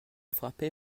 frappé